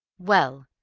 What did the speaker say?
well,